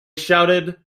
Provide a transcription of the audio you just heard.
shouted